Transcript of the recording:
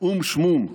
"או"ם שמום",